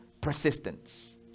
Persistence